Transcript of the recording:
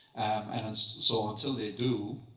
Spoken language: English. and and so until they do,